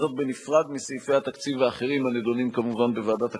בנפרד מסעיפי התקציב האחרים הנדונים כמובן בוועדת הכספים.